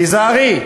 תיזהרי,